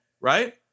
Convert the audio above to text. right